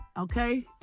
Okay